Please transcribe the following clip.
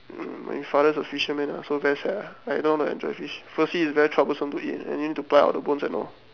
mm my father is a fisherman ah so very sad ah I don't know how to enjoy fish firstly it's very troublesome to eat and you need to pluck out the bones and all